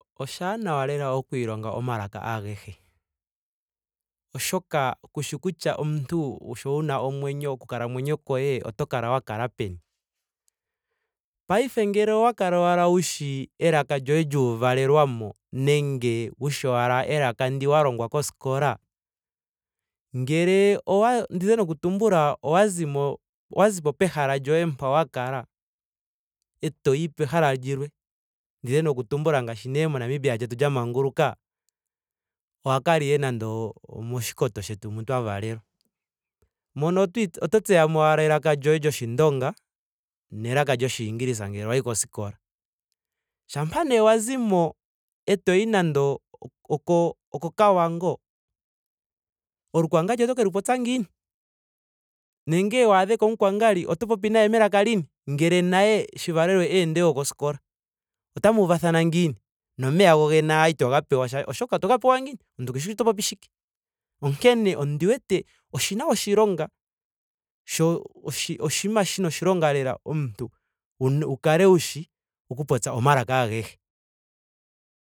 Oshaanawa lela okwiilonga omalaka ahege. Oshoka kushi kutya omuntu sho wuna omwenyo oku kalamwenyo koye ot kala wa kala peni. Piafe ngele owa kala owala wushi elaka lyoye lyuuvalelwa mo. nenge wushi owala elaka ndi wa longwa koskola. ngele owa. nda dhini oku tumbula owa zimo owa zipo pehala lyoye mpa wa kala etoyi pehala lilwe. nda dhini oku tumbula ngaashi nee mo namibia lyetu lya manguluka. owa kala ihe nando omoshikoto shetu mu twa valelwa. mono oto itsu oto tseya mo owala elaka lyoye lyoshindonga neleka lyoshiingilisa ngele wayi koskola. Shampa nee wa zimo etoyi nando o- oko oko- kavango. o rukwangari oto ke lu popya ngiini? Nenge waadheko omu kwangari oto popi naye melaka lini? Ngele naye shi valelwe eende koskola? Otamu uvathana ngiini. nomeya gogene owala ito ga pewa oshoka oto ga pewa ngiini. omuntu ke shi kutya oto popi shike. Onkene ondi wete oshina oshilonga sho- oshi oshinima shina oshilonga lela omuntu wu kale wushi oku popya omalaka ahege